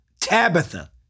Tabitha